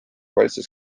valitsus